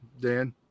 Dan